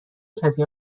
کسی